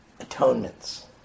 atonements